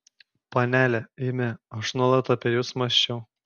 panele eime aš nuolat apie jus mąsčiau